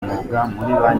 umwuga